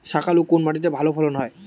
শাকালু কোন মাটিতে ভালো ফলন হয়?